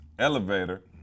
elevator